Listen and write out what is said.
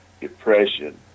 depression